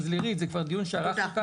לירית, זה כבר דיון שערכנו כאן.